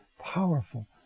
powerful